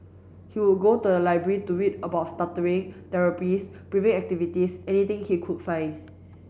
he would go to the library to read about stuttering therapies breathing activities anything he could find